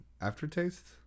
aftertaste